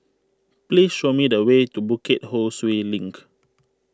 please show me the way to Bukit Ho Swee Link